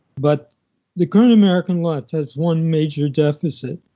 but the current american left has one major deficit,